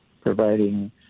providing